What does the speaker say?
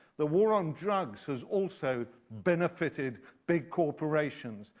the war on drugs has also benefited big corporations.